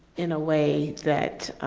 in a way that